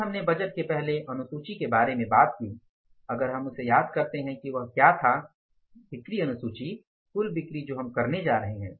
फिर हमने बजट के पहले अनुसूची के बारे में बात की अगर हम उसे याद करते हैं कि वह क्या था बिक्री अनुसूची कुल बिक्री जो हम करने जा रहे हैं